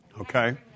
okay